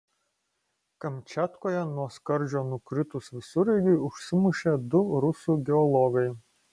kamčiatkoje nuo skardžio nukritus visureigiui užsimušė du rusų geologai